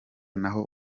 naho